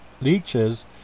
leeches